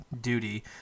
duty